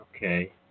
Okay